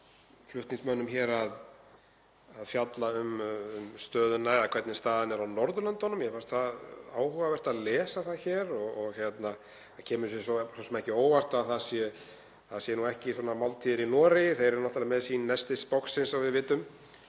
hjá flutningsmönnum hér að fjalla um stöðuna eða hvernig staðan er á Norðurlöndunum. Mér fannst áhugavert að lesa það hér og það kemur svo sem ekki á óvart að það séu ekki svona máltíðir í Noregi, þeir eru náttúrlega með sín nestisbox eins og við vitum.